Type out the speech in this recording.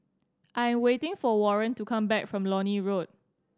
I'm waiting for Warren to come back from Lornie Walk